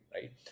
right